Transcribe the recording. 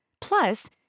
Plus